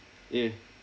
eh